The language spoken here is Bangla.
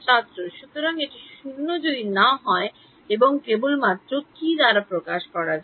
ছাত্র সুতরাং এটির শূন্য যদি না হয় এবং কেবলমাত্র দ্বারা প্রকাশ করা হয়